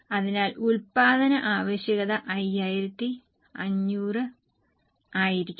അതിനാൽ ഉൽപ്പാദന ആവശ്യകത 5500 ആയിരിക്കും